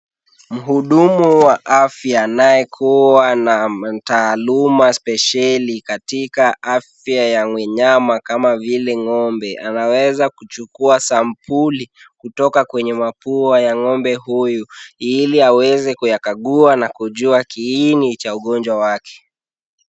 Mhudumu wa afya anayekuwa na taaluma spesheli katika afya ya wanyama kama vile ng'ombe, anaweza kuchukua sampuli kutoka kwenye mapua ya ng'ombe huyu, ili aweze kuyakagua na kujua kiini cha ugonjwa wake.